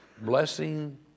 blessing